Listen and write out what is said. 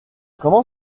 comment